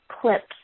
clips